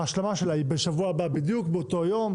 ההשלמה שלה היא בשבוע הבא בדיוק באותו יום,